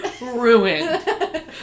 ruined